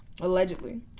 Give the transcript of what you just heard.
Allegedly